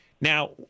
Now